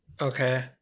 Okay